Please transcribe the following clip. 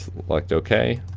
select okay,